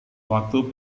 waktu